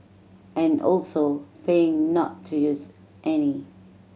and also paying not to use any